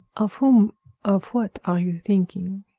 of whom of what are you thinking?